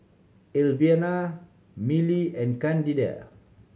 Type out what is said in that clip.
Elvina Millie and Candida